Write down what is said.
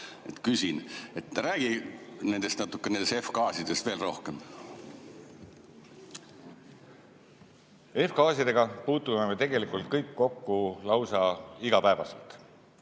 küsin. Räägi natuke nendest F‑gaasidest veel rohkem. F-gaasidega puutume me tegelikult kõik kokku lausa igapäevaselt.